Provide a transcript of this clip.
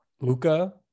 Luca